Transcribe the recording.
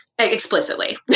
explicitly